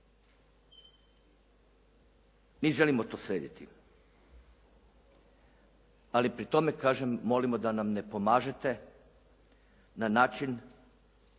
Mi želimo to srediti ali pri tome kažem molimo da nam ne pomažete na način